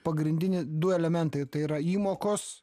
pagrindiniai du elementai tai yra įmokos